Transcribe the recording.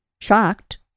Shocked